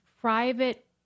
private